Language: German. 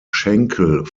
schenkel